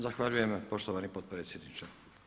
Zahvaljujem poštovani potpredsjedniče.